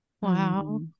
Wow